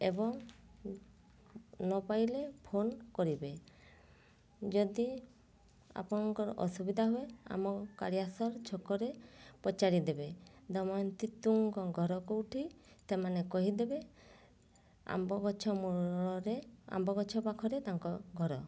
ଏବଂ ନ ପାଇଲେ ଫୋନ୍ କରିବେ ଯଦି ଆପଣଙ୍କର ଅସୁବିଧା ହୁଏ ଆମ କାଳିଆ ସର ଛକରେ ପଚାରି ଦେବେ ଦମୟନ୍ତୀ ତୁଙ୍ଗଙ୍କ ଘର କେଉଁଠି ସେମାନେ କହିଦେବେ ଆମ୍ବ ଗଛ ମୂଳରେ ଆମ୍ବ ଗଛ ପାଖରେ ତାଙ୍କ ଘର